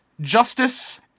Justice